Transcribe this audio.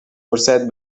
فرصت